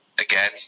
again